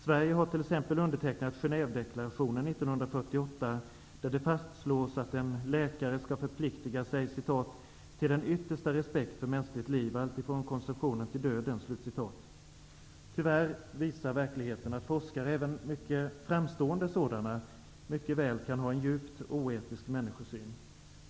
Sverige har t.ex. undertecknat Genèvedeklarationen från 1948, där det fastslås att en läkare skall förplikta sig ''till den yttersta respekt för mänskligt liv alltifrån konceptionen till döden''. Tyvärr visar verkligheten att forskare, även mycket framstående sådana, mycket väl kan ha en djupt oetisk människosyn.